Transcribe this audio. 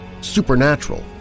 supernatural